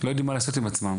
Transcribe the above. שלא יודעים מה לעשות עם עצמם,